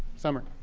summer.